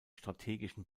strategischen